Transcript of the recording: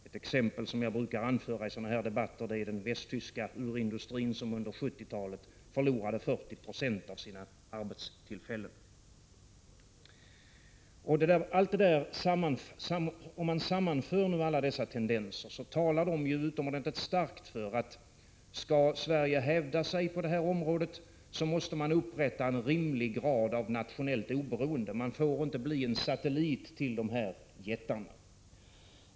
Ett exempel som jag brukar anföra i sådana här debatter är den västtyska urindustrin som under 1970-talet förlorade 40 96 av sina arbetstillfällen. Om man sammanför alla dessa tendenser talar de utomordentligt starkt för att skall Sverige hävda sig på detta område måste Sverige upprätta en rimlig grad av nationellt oberoende. Sverige får inte bli en satellit till de här jättarna.